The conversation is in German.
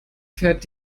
fährt